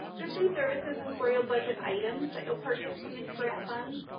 goods and services is where you'll budget items that you'll purchase from these grant funds.